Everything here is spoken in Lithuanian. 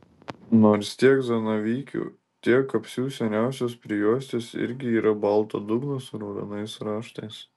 nors tiek zanavykių tiek kapsių seniausios prijuostės irgi yra balto dugno su raudonais raštais